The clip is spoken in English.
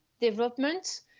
development